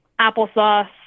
applesauce